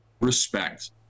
respect